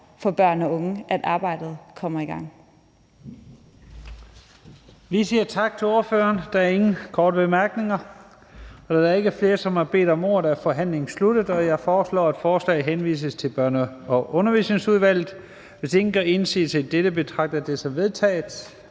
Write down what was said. Første næstformand (Leif Lahn Jensen): Vi siger tak til ordføreren. Der er ingen korte bemærkninger. Da der ikke er flere, som har bedt om ordet, er forhandlingen sluttet. Jeg foreslår, at forslaget henvises til Børne- og Undervisningsudvalget. Hvis ingen gør indsigelse mod dette, betragter jeg det som vedtaget.